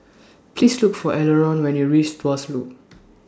Please Look For Elenore when YOU REACH Tuas Loop